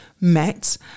met